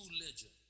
legend